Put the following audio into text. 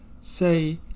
say